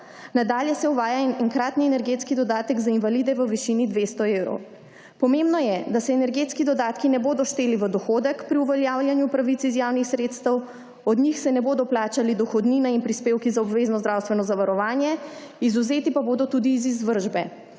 Nadalje se uvaja enkratni energetski dodatek za invalide v višini 200 evrov. Pomembno je, da se energetski dodatki ne bodo šteli v dohodek pri uveljavljanju pravic iz javnih sredstev, od njih se ne bodo plačali dohodnina in prispevki za obvezno zdravstveno zavarovanje, izvzeti pa bodo tudi iz izvršbe.